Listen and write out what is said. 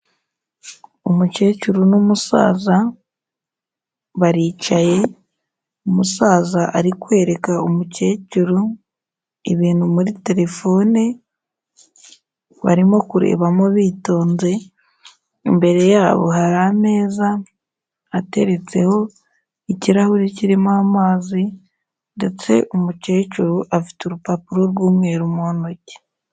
Umukecuru n'umusaza baricaye, umusaza ari kwereka umukecuru ibintu muri terefone, barimo kurebamo bitonze, imbere yabo hari ameza ateretseho ikirahuri kirimo amazi ndetse umukecuru afite urupapuro rw'umweru mu ntoki.